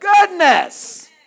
Goodness